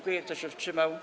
Kto się wstrzymał?